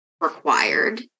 required